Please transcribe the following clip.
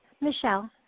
Michelle